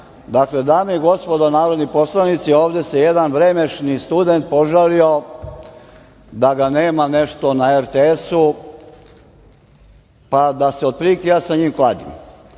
medalju. Dame i gospodo narodni poslanici, ovde se jedan vremešni student požalio da ga nema nešto na RTS-u, pa da se ja sa njim kladim